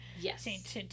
Yes